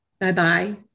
Bye-bye